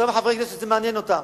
לאותם חברי כנסת שזה מעניין אותם,